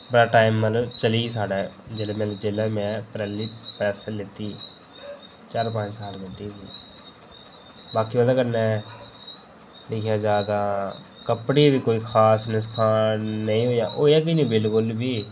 बड़ा टाईम मतलब चली साढ़े जेल्लै में पैह्ली प्रेस लैती ही चार पंज साल कड्ढी ही बाकी आह्लें कन्नै दिक्खेआ जा ते कपड़े गी बी कोई खास नुक्सान होआ गै नेईं होआ गै नेईं